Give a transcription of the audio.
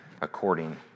according